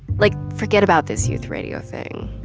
like, forget about this youth radio thing.